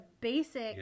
basic